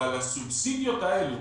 אבל הסובסידיות האלה